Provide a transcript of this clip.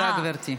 תודה, גברתי.